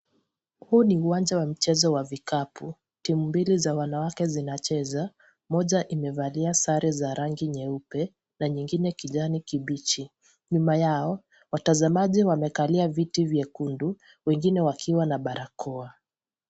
Huu ni uwanja wa mchezo wa vikapu ,timu mbali za wanawake zinacheza, moja imevalia sare za rangi nyeupe, na nyingine kijani kibichi. Nyuma yao, watazamaji wamekalia viti vyekundu, wengine wakiwa wamevalia barakoa.